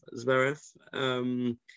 Zverev